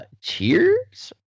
cheers